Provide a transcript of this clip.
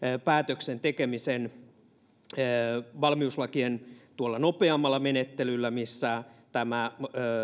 päätöksen tekemisen tuolla valmiuslakien nopeammalla menettelyllä missä tämä